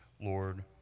Lord